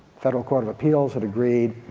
federal court of appeals had agreeed,